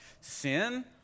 Sin